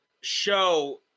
show